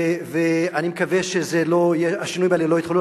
ואני מקווה שהשינויים האלה לא יתחוללו.